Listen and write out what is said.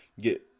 get